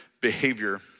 behavior